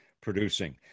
producing